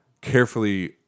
carefully